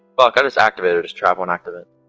ah kind of actors troublemaker but